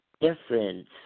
difference